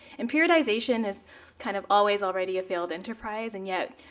and periodization is kind of always already a failed enterprise. and yet,